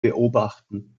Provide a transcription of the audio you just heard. beobachten